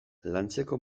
lantzeko